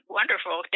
wonderful